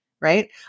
right